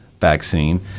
vaccine